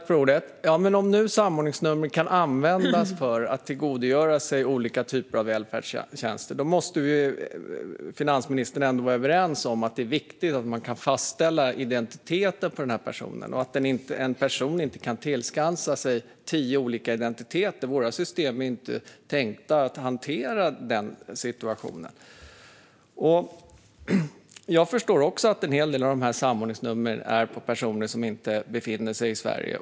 Fru talman! Om samordningsnummer kan användas för att tillskansa sig olika välfärdstjänster måste finansministern ändå vara överens med mig om att det är viktigt att det går att fastställa identiteten på personen i fråga. En person ska heller inte kunna tillskansa sig tio olika identiteter. Våra system är inte tänkta att hantera en sådan situation. Visst förstår jag att en hel del av dessa samordningsnummer gäller personer som inte befinner sig i Sverige.